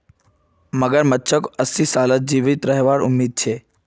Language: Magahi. मगरमच्छक अस्सी साल तक जीवित रहबार उम्मीद छेक